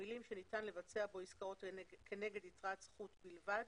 המילים "שניתן לבצע בו עסקאות נגד יתרת זכות בלבד"